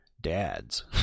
dads